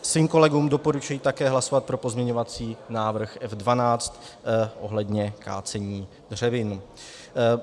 Svým kolegům doporučuji také hlasovat pro pozměňovací návrh F12 ohledně kácení dřevin.